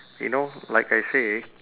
you know like I say